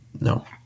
No